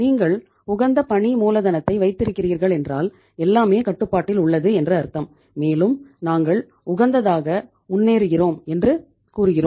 நீங்கள் உகந்த பணி மூலதனத்தை வைத்திருக்கிறீர்கள் என்றால் எல்லாமே கட்டுப்பாட்டில் உள்ளது என்று அர்த்தம் மேலும் நாங்கள் உகந்ததாக முன்னேறுகிறோம் என்று கூறுகிறோம்